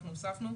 אנחנו הוספנו: